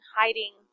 hiding